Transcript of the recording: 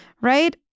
Right